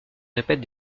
répète